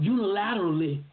Unilaterally